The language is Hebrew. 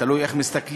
תלוי איך מסתכלים,